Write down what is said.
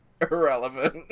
irrelevant